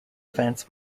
events